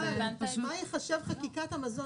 את מה שייחשב חקיקת מזון